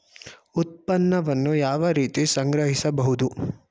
ಉತ್ಪನ್ನವನ್ನು ಯಾವ ರೀತಿ ಸಂಗ್ರಹಿಸಬಹುದು?